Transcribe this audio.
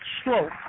stroke